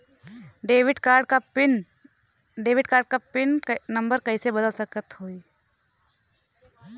Debit card क PIN number कइसे बदल सकत हई?